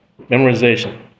memorization